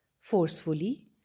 Forcefully